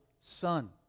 son